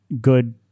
good